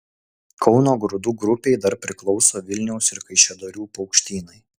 kauno grūdų grupei dar priklauso vilniaus ir kaišiadorių paukštynai